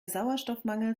sauerstoffmangel